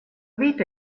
wyt